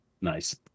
Nice